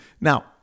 now